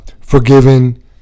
forgiven